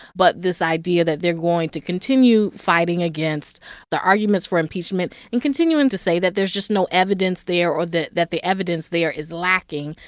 but this idea that they're going to continue fighting against the arguments for impeachment and continuing to say that there's just no evidence there or that the evidence there is lacking.